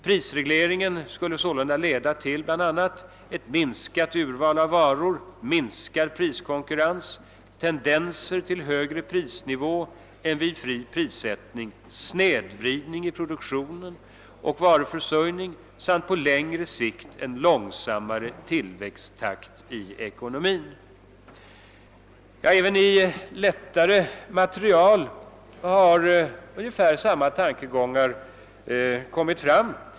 Prisregleringen skulle sålunda leda till bl.a. ett minskat urval av varor, minskad priskonkurrens, tendenser till högre prisnivå än vid fri prissättning, snedvridning i produktion och varuförsörjning samt på längre sikt en långsammare tillväxttakt i ekonomin.» Även i lättare material har ungefär samma tankegångar kommit fram.